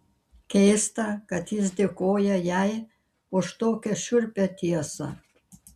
keista kad jis dėkoja jai už tokią šiurpią tiesą